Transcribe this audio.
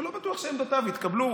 ולא בטוח שעמדותיו יתקבלו.